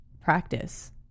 practice